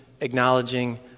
acknowledging